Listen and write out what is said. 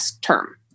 term